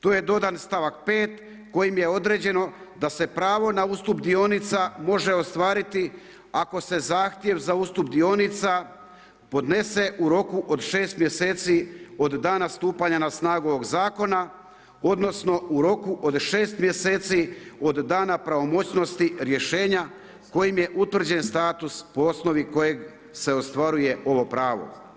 Tu je dodan stavak 5. kojim je određeno da se pravo na ustup dionica može ostvariti ako se zahtjev za ustup dionica podnese u roku od 6 mjeseci od dana stupanja na snagu ovog Zakona, odnosno u roku od 6. mjeseci, od dana pravomoćnosti rješenja kojim je utvrđen status po osnovi kojeg se ostvaruje ovo pravo.